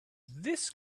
this